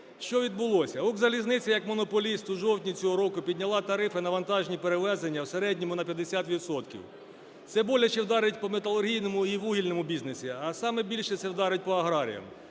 Що відбулося? "Укрзалізниця" як монополіст у жовтні цього року підняла тарифи на вантажні перевезення в середньому на 50 відсотків, це боляче вдарить по металургійному і вугільному бізнесу, а саме більше це вдарить по аграріям.